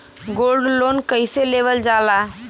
Gold loan कईसे लेवल जा ला?